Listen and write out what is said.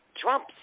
Trump